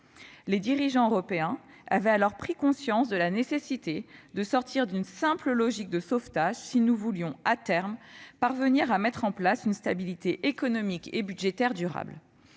Les dirigeants européens avaient alors pris conscience de la nécessité de sortir d'une simple logique de sauvetage si nous voulions, à terme, parvenir à une stabilité économique et budgétaire durable.